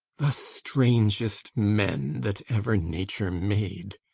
the strangest men that ever nature made!